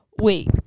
Wait